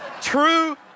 True